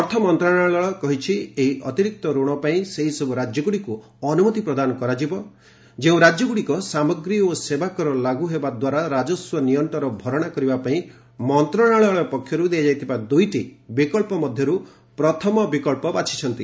ଅର୍ଥ ମନ୍ତ୍ରଶାଳୟ କହିଛି ଏହି ଅତିରିକ୍ତ ରଣ ପାଇଁ ସେହି ରାଜ୍ୟଗୁଡିକୁ ଅନୁମତିପ୍ରଦାନ କରାଯିବ ଯେଉଁ ରାଜ୍ୟଗୁଡିକ ସାମଗ୍ରୀ ଓ ସେବା କର ଲାଗୁ ହେବା ଦ୍ୱାରା ରାଜସ୍ୱ ନିଅଂଟର ଭରଣା କରିବା ପାଇଁ ମନ୍ତ୍ରଣାଳୟ ପକ୍ଷରୁ ଦିଆଯାଇଥିବା ଦୁଇଟି ବିକଳ୍ପ ମଧ୍ୟରୁ ପ୍ରଥମ ବିକଳ୍ପ ବାଛିଛନ୍ତି